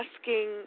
asking